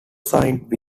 signed